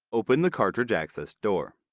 open the cartridge access door.